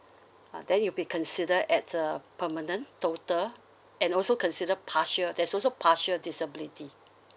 ah then you'll be consider at a permanent total and also consider partial there's also partial disability